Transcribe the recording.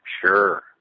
Sure